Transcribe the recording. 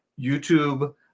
YouTube